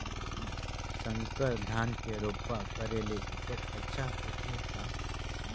संकर धान के रोपा करे ले उपज अच्छा होथे का?